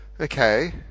Okay